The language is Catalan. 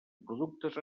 productes